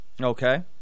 Okay